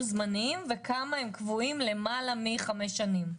זמניים וכמה הם קבועים יותר מחמש שנים?